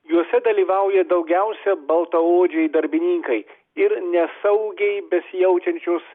juose dalyvauja daugiausia baltaodžiai darbininkai ir nesaugiai besijaučiančios